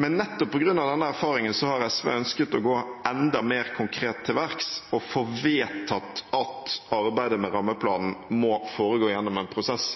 men nettopp på grunn av den erfaringen har SV ønsket å gå enda mer konkret til verks og få vedtatt at arbeidet med rammeplanen må foregå gjennom en prosess